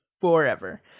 forever